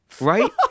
Right